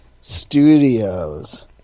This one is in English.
studios